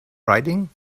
writing